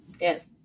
Yes